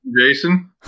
Jason